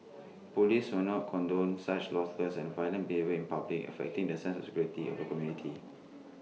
Police will not condone such lawless and violent behaviour in public affecting the sense of security of the community